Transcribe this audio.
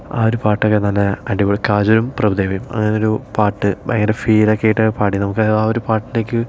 ആ ഒരു പാട്ടൊക്കെ നല്ല അടിപൊളി കാജലും പ്രഭുദേവയും അങ്ങനെ ഒരു പാട്ട് ഭയങ്കര ഫീലൊക്കെ ആയിട്ടാണ് പാടിയത് നമുക്ക് ആ ഒരു പാട്ടിലേക്ക്